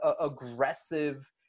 aggressive